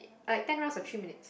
like ten rounds for three minutes